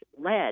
led